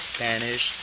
Spanish